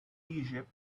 egypt